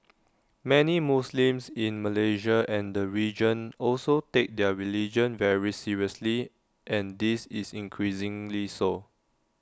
many Muslims in Malaysia and the region also take their religion very seriously and this is increasingly so